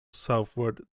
southward